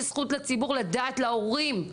יש זכות לציבור לדעת, להורים.